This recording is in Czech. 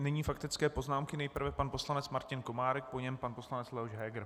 Nyní faktické poznámky, nejprve pan poslanec Martin Komárek, po něm pan poslanec Leoš Heger.